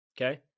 Okay